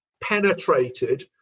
penetrated